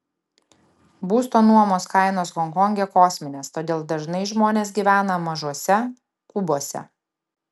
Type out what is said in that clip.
būsto nuomos kainos honkonge kosminės todėl dažnai žmonės gyvena mažuose kubuose